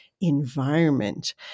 environment